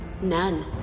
None